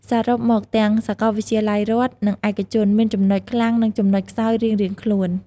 សរុបមក ទាំងសាកលវិទ្យាល័យរដ្ឋ និងឯកជនមានចំណុចខ្លាំងនិងចំណុចខ្សោយរៀងៗខ្លួន។